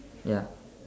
ya